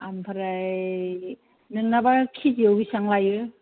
ओमफ्राय नोंनाबा किजियाव बिसिबां लायो